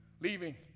Leaving